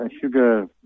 sugar